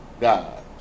God